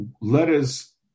letters